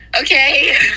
okay